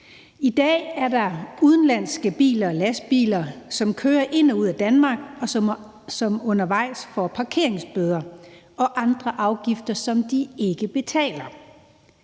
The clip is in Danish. I dag er der udenlandske førere af biler og lastbiler, som kører ind og ud af Danmark, og som undervejs får parkeringsbøder og andre afgifter, som de ikke betaler.